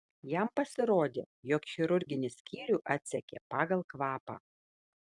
jam pasirodė jog chirurginį skyrių atsekė pagal kvapą